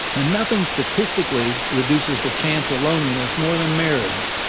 and nothing statistically reduces the chance of loneliness more than marriage,